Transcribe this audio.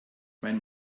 mein